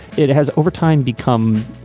it has over time become,